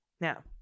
Now